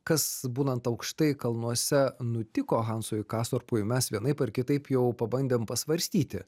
kas būnant aukštai kalnuose nutiko hansui kastorpui mes vienaip ar kitaip jau pabandėm pasvarstyti